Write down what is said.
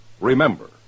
Remember